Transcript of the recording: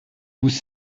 vous